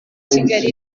kigali